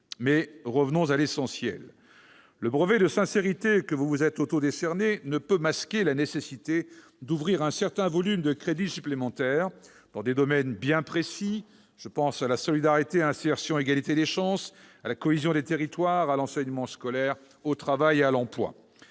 Revenons à l'essentiel. Le brevet de sincérité que vous vous êtes décerné ne peut masquer la nécessité d'ouvrir un certain volume de crédits supplémentaires, dans des domaines bien précis- je pense à la solidarité, à l'insertion, à l'égalité des chances, à la cohésion des territoires, à l'enseignement scolaire, au travail et à l'emploi